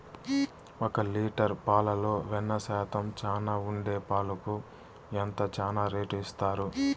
ఒక లీటర్ పాలలో వెన్న శాతం చానా ఉండే పాలకు ఎంత చానా రేటు ఇస్తారు?